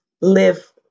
live